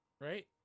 right